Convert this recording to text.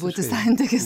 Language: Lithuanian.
būti santykis